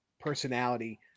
personality